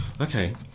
okay